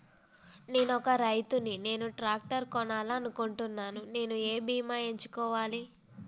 నేను ఒక రైతు ని నేను ట్రాక్టర్ కొనాలి అనుకుంటున్నాను నేను ఏ బీమా ఎంచుకోవాలి?